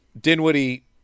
dinwiddie